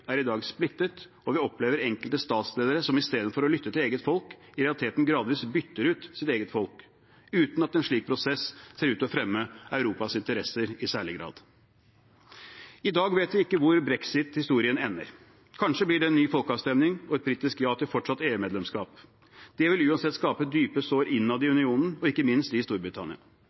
er i dag splittet, og vi opplever enkelte statsledere som istedenfor å lytte til eget folk i realiteten gradvis bytter ut sitt eget folk, uten at en slik prosess ser ut til å fremme Europas interesser i særlig grad. I dag vet vi ikke hvor brexit-historien ender. Kanskje blir det en ny folkeavstemning og et britisk ja til fortsatt EU-medlemskap. Det vil uansett skape dype sår innad i unionen og ikke minst i Storbritannia.